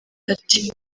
ati